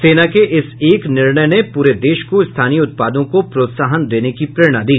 सेना के इस एक निर्णय ने पूरे देश को स्थानीय उत्पादों को प्रोत्साहन देने की प्रेरणा दी